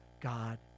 God